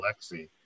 Alexi